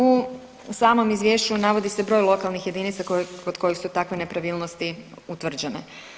U samom Izvješću navodi se broj lokalnih jedinica kod kojih su takve nepravilnosti utvrđene.